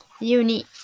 unique